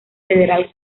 federal